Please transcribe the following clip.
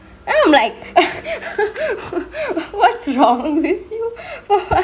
and then I'm like what's wrongk with you